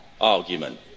argument